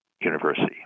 University